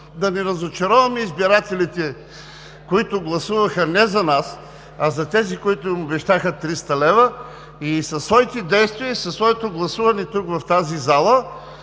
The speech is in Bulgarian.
да не разочароваме избирателите, които гласуваха не за нас, а за тези, които им обещаха 300 лв., и със своите действия и със своето гласуване в тази зала